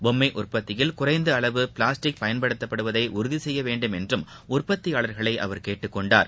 பொம்மை உற்பத்தியில் குறைந்த அளவு பிளாஸ்டிக் பயன்படுத்தப்படுவதை உறுதி செய்ய வேண்டுமென்றும் உற்பத்தியாளர்களை அவர் கேட்டுக் கொண்டார்